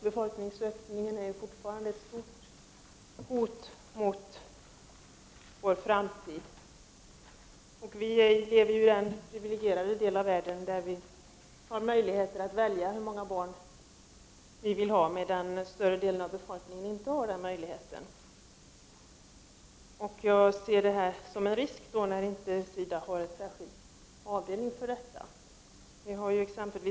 Befolkningsökningen är fortfarande ett stort hot mot vår framtid. Vi lever i den priviligierade delen av världen, där vi har möjlighet att välja hur många barn vi vill ha, medan större delen av världens befolkning inte har den möjligheten. Jag ser det som en risk att SIDA inte har en särskild avdelning för dessa frågor.